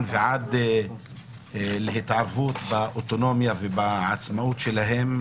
ועד התערבות באוטונומיה ובעצמאות שלהם,